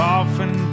often